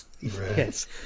yes